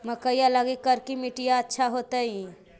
मकईया लगी करिकी मिट्टियां अच्छा होतई